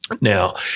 Now